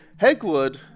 Hegwood